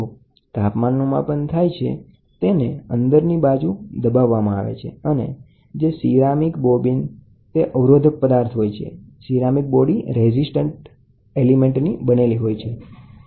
તો તાપમાનનું માપન થાય છે તેને અંદરની બાજુ દબાવવામાં આવે છે અથવા અંદર સંપર્ક કરાવવામાં આવે છે અને જે સીરામીક બોબીન તે અવરોધક પદાર્થ છે જે મેળવવા પ્રયત્ન કરો છો